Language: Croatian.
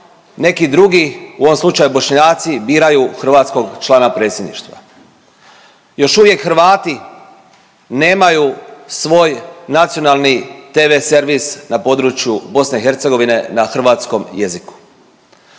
neki drugi u ovom slučaju Bošnjaci biraju hrvatskog člana predsjedništva, još uvijek Hrvati nemaju svoj nacionalni TV servis na području BiH na hrvatskom jeziku.